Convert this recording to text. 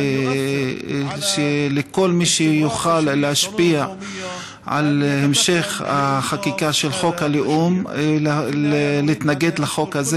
שכל מי שיוכל להשפיע על המשך החקיקה של חוק הלאום יתנגד לחוק הזה.